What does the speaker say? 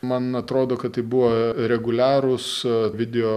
man atrodo kad tai buvo reguliarūs video